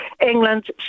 England